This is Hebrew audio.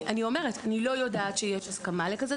אני אומרת: אני לא יודעת שיש הסכמה לדבר כזה,